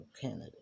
candidate